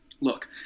Look